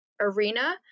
arena